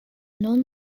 non